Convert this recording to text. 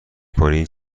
کنی